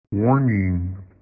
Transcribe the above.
Warning